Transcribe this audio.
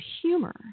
humor